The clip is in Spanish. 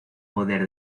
poder